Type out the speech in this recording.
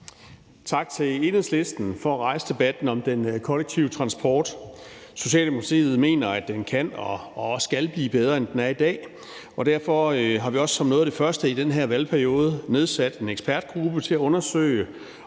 Tak til Enhedslisten for at rejse debatten om den kollektive transport. Socialdemokratiet mener, at den kan og også skal blive bedre, end den er i dag, og derfor har vi også som noget af det første i den her valgperiode nedsat en ekspertgruppe til at undersøge